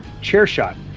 CHAIRSHOT